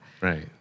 Right